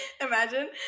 Imagine